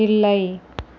இல்லை